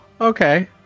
okay